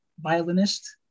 violinist